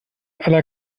aller